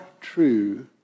true